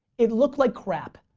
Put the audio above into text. it looked like crap.